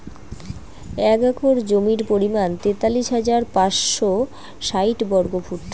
এক একর জমির পরিমাণ তেতাল্লিশ হাজার পাঁচশ ষাইট বর্গফুট